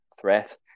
threat